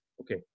Okay